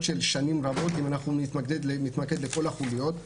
של שנים רבות אם אנחנו נתמקד בכל החוליות,